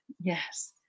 Yes